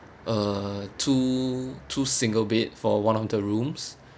uh two two single bed for one of the rooms